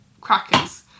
Crackers